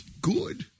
good